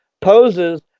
poses